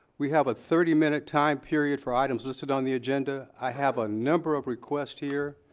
we have a thirty minute time period for items listed on the agenda. i have a number of requests here,